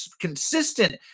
consistent